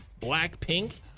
Blackpink